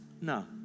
No